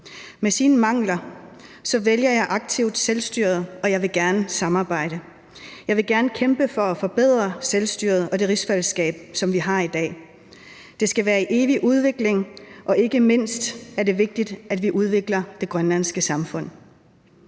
har sine mangler, vælger jeg aktivt selvstyret, og jeg vil gerne samarbejde. Jeg vil gerne kæmpe for at forbedre selvstyret og det rigsfællesskab, som vi har i dag. Det skal være i evig udvikling, og ikke mindst er det vigtigt, at vi udvikler det grønlandske samfund.